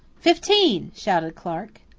fifteen, shouted clarke.